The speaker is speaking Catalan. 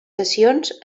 sessions